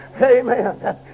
Amen